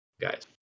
guys